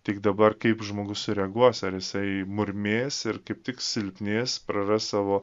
tik dabar kaip žmogus sureaguos ar jisai murmės ir kaip tik silpnės praras savo